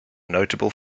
notable